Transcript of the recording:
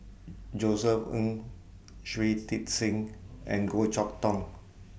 Josef Ng Shui Tit Sing and Goh Chok Tong